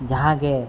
ᱡᱟᱦᱟᱸ ᱜᱮ